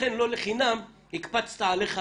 לכן לא לחינם הקפצת עליך